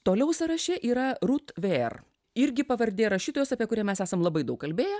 toliau sąraše yra rut ver irgi pavardė rašytojos apie kurią mes esam labai daug kalbėję